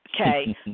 Okay